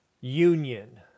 union